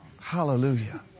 Hallelujah